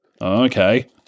Okay